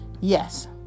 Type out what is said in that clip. Yes